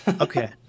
Okay